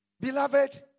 Beloved